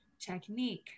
Technique